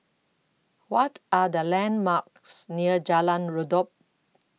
What Are The landmarks near Jalan Redop